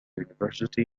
university